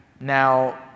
Now